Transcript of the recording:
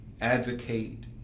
advocate